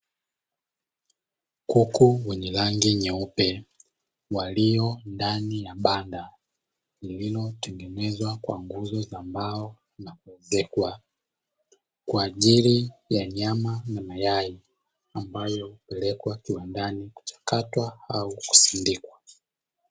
Kuku wenye rangi nyeupe walio ndani ya banda, lililotengenezwa kwa nguzo za mbao na kuezekwa kwa ajili ya nyama na mayai ambayo hupelekwa kiwandani kuchakatwa au kusindikwa.